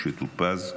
משה טור פז,